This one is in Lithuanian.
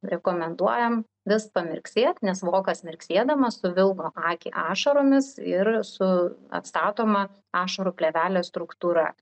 rekomenduojam vis pamirksėt nes vokas mirksėdamas suvilgo akį ašaromis ir su atstatoma ašarų plėvelės struktūra